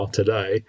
today